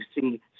see